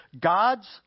God's